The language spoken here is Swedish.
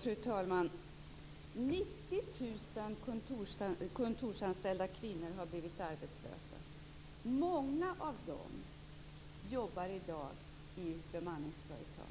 Fru talman! 90 000 kontorsanställda kvinnor har blivit arbetslösa. Många av dem jobbar i dag i bemanningsföretag.